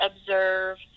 observe